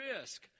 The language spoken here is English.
risk